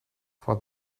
for